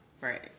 Right